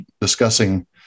discussing